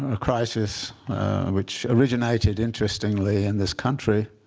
a crisis which originated, interestingly, in this country